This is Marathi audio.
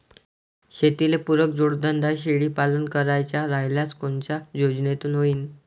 शेतीले पुरक जोडधंदा शेळीपालन करायचा राह्यल्यास कोनच्या योजनेतून होईन?